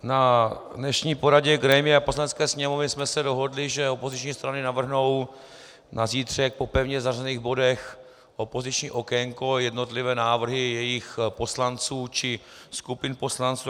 Na dnešní poradě grémia Poslanecké sněmovny jsme se dohodli, že opoziční strany navrhnou na zítřek po pevně zařazených bodech opoziční okénko, jednotlivé návrhy jejich poslanců či skupin poslanců.